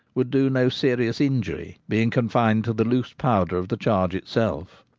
would do no serious injury, being confined to the loose powder of the charge itself.